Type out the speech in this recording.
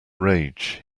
rage